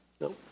No